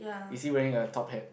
is he wearing a top hat